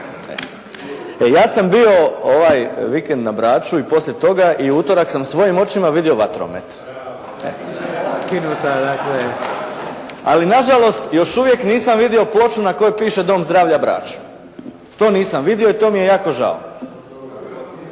ja sam bio ovaj vikend na Braču i poslije toga i u utorak sam svojim očima vidio vatromet. Ali na žalost, još uvijek nisam vidio ploču na kojoj piše Dom zdravlja Brač. To nisam vidio i to mi je jako žao.